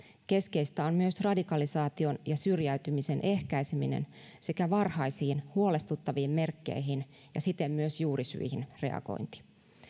keskeistä on myös radikalisaation ja syrjäytymisen ehkäiseminen sekä varhaisiin huolestuttaviin merkkeihin ja siten myös juurisyihin reagointi